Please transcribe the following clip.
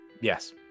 Yes